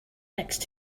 next